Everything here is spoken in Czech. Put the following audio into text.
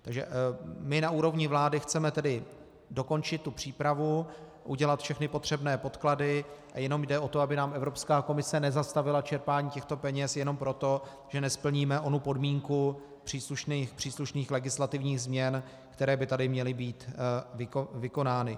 Takže my na úrovni vlády chceme dokončit přípravu, udělat všechny potřebné podklady a jenom jde o to, aby nám Evropská komise nezastavila čerpání těchto peněz jenom proto, že nesplníme onu podmínku příslušných legislativních změn, které by tady měly být vykonány.